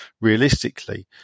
realistically